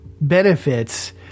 benefits